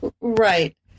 right